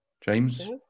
James